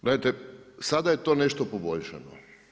Gledajte, sada je to nešto poboljšano.